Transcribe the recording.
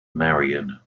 marion